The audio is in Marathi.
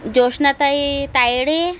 जोशनाताई तायडे